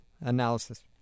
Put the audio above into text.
analysis